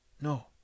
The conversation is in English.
no